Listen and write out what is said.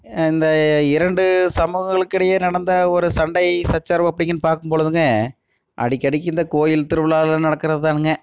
இந்த இரண்டு சமூகங்களுக்கு இடையே நடந்த ஒரு சண்டை சச்சரவு அப்படினு பார்க்கும் பொழுதுங்க அடிக்கடிக்கு இந்த கோவில் திருவிழாவில் நடக்கிறதானுங்க